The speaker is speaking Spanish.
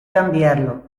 cambiarlo